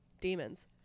demons